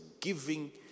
giving